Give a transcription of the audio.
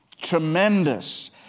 Tremendous